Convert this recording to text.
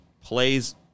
plays